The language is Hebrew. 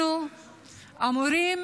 אנחנו אמורים